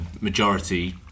majority